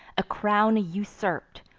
a crown usurp'd,